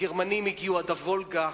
הגרמנים הגיעו עד הוולגה,